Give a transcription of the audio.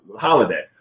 holiday